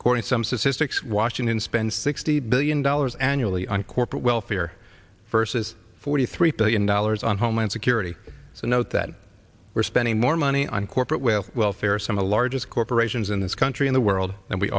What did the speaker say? according to some statistics washington spends sixty billion dollars annually on corporate welfare versus forty three billion dollars on homeland security so note that we're spending more money on corporate will welfare some of the largest corporations in this country in the world and we